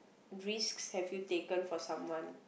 risks have you taken for someone